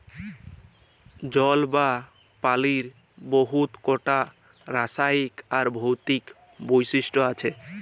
জল বা পালির বহুত কটা রাসায়লিক আর ভৌতিক বৈশিষ্ট আছে